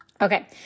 Okay